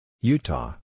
Utah